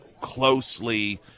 closely